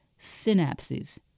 synapses